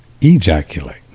ejaculate